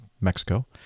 Mexico